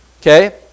Okay